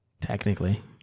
Technically